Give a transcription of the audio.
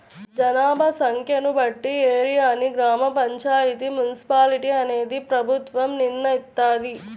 జనాభా సంఖ్యను బట్టి ఏరియాని గ్రామ పంచాయితీ, మున్సిపాలిటీ అనేది ప్రభుత్వం నిర్ణయిత్తది